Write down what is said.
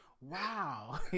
wow